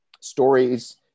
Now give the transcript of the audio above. stories